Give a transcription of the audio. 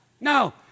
No